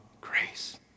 grace